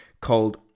Called